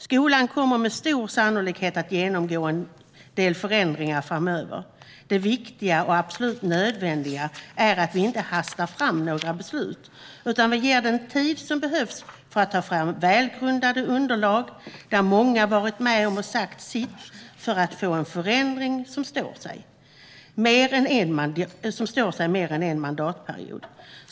Skolan kommer med stor sannolikhet att genomgå en del förändringar framöver. Det viktiga och absolut nödvändiga är att vi inte hastar fram några beslut, utan att vi ger den tid som behövs för att ta fram välgrundade underlag, där många varit med och sagt sitt, för att få en förändring som står sig mer än en mandatperiod.